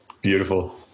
Beautiful